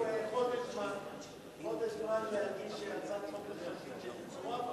חודש זמן להגיש הצעת חוק ממשלתית.